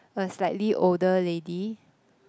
was slightly older lady